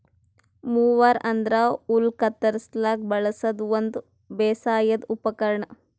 mower ಅಂದ್ರ ಹುಲ್ಲ್ ಕತ್ತರಸ್ಲಿಕ್ ಬಳಸದ್ ಒಂದ್ ಬೇಸಾಯದ್ ಉಪಕರ್ಣ್